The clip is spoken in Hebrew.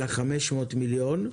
אלא 500 מיליון.